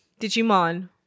Digimon